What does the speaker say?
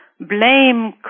blame